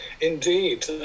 Indeed